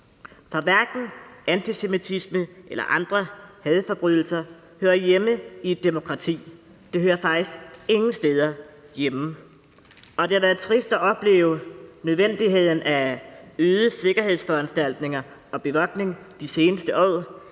for hverken antisemitisme eller andre hadforbrydelser hører hjemme i et demokrati. Det hører faktisk ingen steder hjemme. Det har været trist at opleve nødvendigheden af øgede sikkerhedsforanstaltninger og bevogtning de seneste år,